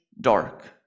dark